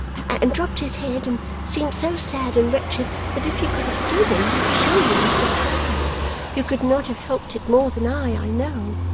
and dropped his head, and seemed so sad and wretched that if you could have seen him i am sure you must have cried you could not have helped it more than i, i know.